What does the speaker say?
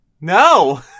No